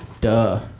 Duh